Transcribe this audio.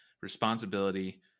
responsibility